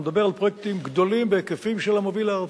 אתה מדבר על פרויקטים גדולים בהיקפים של המוביל הארצי.